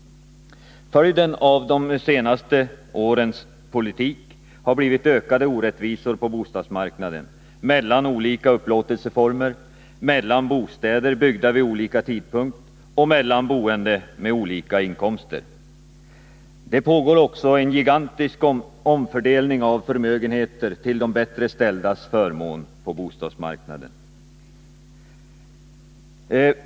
Följden av de senaste årens politik har blivit ökade orättvisor på bostadsmarknaden, mellan olika upplåtelseformer, mellan bostäder byggda vid olika tidpunkter och mellan boende med olika inkomster. Det pågår också en gigantisk omfördelning av förmögenheter till de bättre ställdas förmån på bostadsmarknaden.